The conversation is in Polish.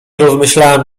rozmyślałem